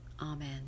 Amen